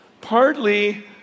Partly